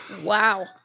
Wow